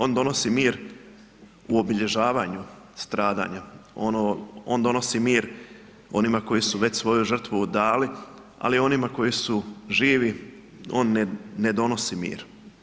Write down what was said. On donosi mir u obilježavanju stradanja, on donosi mir onima koji su već svoju žrtvu dali, ali i onima koji su živi, on ne donosi mir.